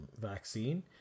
vaccine